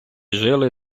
жили